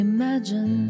Imagine